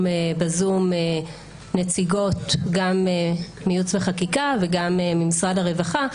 בזום נציגות מייעוץ וחקיקה וגם ממשרד הרווחה,